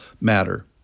matter